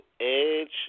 Edge